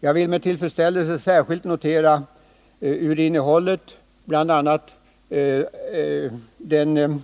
Jag vill ur innehållet med tillfredsställelse särskilt notera bl.a. den